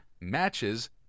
matches